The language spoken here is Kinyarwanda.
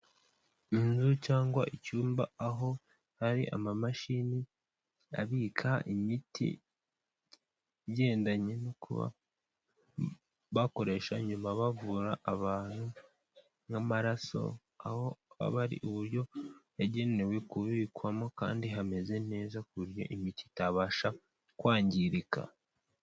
Inzu cyangwa icyumba aho hari amamashini abika imiti igendanye no kuba bakoresha nyuma bavura abantu n'amaraso, aho aba ari uburyo yagenewe kubikwamo kandi hameze neza ku buryo imiti itabasha kwangirika.